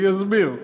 אני אסביר.